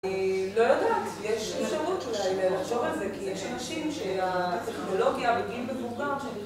לא יודעת, יש אפשרות אולי לחשוב על זה כי יש אנשים שהטכנולוגיה בגיל מבוגר ש...